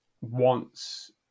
wants